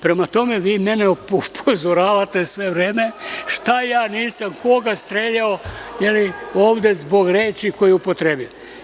Prema tome, vi mene upozoravate sve vreme šta ja nisam koga streljao, je li, ovde zbog reči koje je upotrebio.